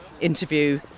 interview